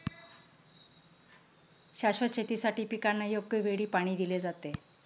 शाश्वत शेतीसाठी पिकांना योग्य वेळी पाणी दिले जाते